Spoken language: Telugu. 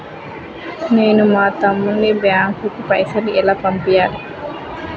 నేను మా తమ్ముని బ్యాంకుకు పైసలు ఎలా పంపియ్యాలి?